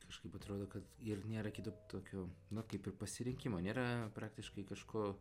kažkaip atrodo kad ir nėra kito tokio na kaip ir pasirinkimo nėra praktiškai kažko